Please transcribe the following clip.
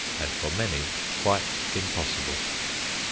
and for many quite impossible.